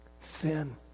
sin